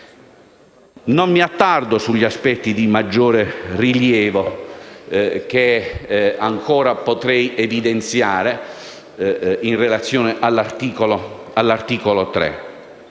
Non mi attardo sugli aspetti di maggiore rilievo, che ancora potrei evidenziare in relazione all'articolo 3.